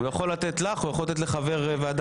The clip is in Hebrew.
הוא יכול לתת לך, הוא יכול לתת לחבר אחר.